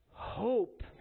Hope